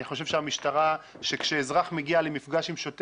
אני חושב שכשאזרח מגיע למפגש עם שוטר